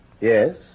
yes